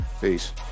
Peace